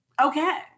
Okay